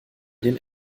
den